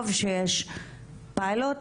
טוב שיש פיילוט,